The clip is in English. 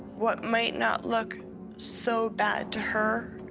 what might not look so bad to her